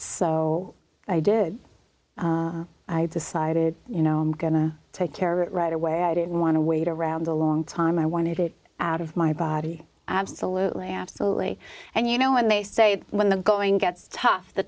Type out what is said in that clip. so i did i decided you know i'm going to take care of it right away i didn't want to wait around a long time i wanted it out of my body absolutely absolutely and you know when they say when the going gets tough the